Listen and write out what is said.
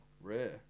Rare